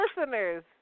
listeners